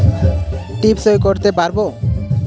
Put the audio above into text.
টিপ সই করতে পারবো?